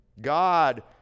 God